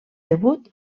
debut